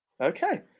Okay